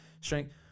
strength